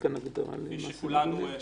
אלה חוקים שעבדנו עליהם הרבה מאוד,